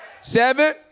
seven